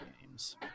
games